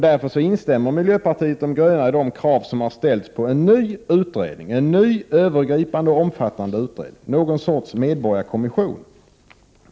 Därför instämmer miljöpartiet de gröna i de krav som har framställts på en ny, övergripande, omfattande utredning, någon sorts medborgarkommission.